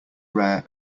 rare